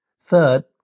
Third